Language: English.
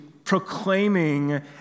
Proclaiming